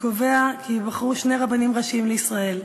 שקובע כי ייבחרו שני רבנים ראשיים לישראל,